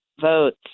votes